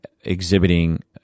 exhibiting